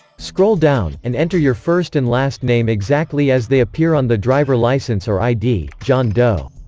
scroll down, and enter your first and last name exactly as they appear on the driver license or id john doe